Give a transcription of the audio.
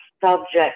subject